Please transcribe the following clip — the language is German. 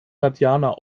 tatjana